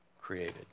created